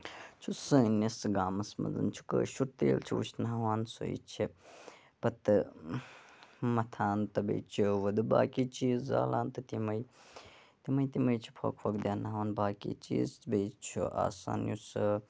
چھُ سٲنِس گامَس مَنٛز چھُ کٲشُر تیٖل چھ وٕشناوان سُے چھِ پَتہٕ مَتھان تہٕ بیٚیہِ چھِ وٕدٕ باقٕے چیٖز زالان تہٕ تِمے تِمے تِمے چھِ پھوٚکھ ووٚکھ دیاناوان باقٕے چیٖز بیٚیہِ چھُ آسان یُس